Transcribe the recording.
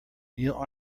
neil